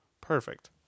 Perfect